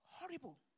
Horrible